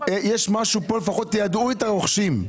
יש משהו פה, לפחות תיידעו את הרוכשים.